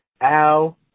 Al